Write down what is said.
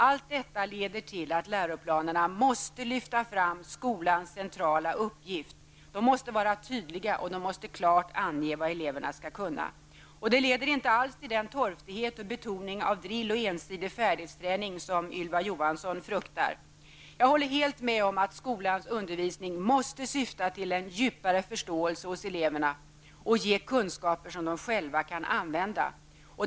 Allt detta leder till att läroplanerna måste lyfta fram skolans centrala uppgift. De måste vara tydliga, och de måste klart ange vad eleverna skall kunna. Det leder inte alls till den torftighet och betoning av drill och ensidig färdighetsträning som Ylva Johansson fruktar. Jag håller dock helt med om att skolans undervisning måste syfta till en djupare förståelse hos eleverna och att den måste ge eleverna kunskaper som de själva kan använda.